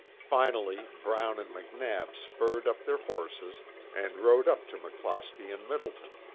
finally brown and mcnab spurred up their horses and rode up to mcclosky and middleton.